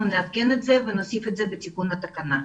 אנחנו נעדכן ונוסיף את זה בתיקון לתקנה.